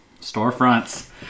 storefronts